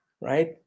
right